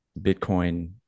Bitcoin